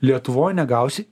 lietuvoj negausi